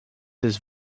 his